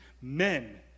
men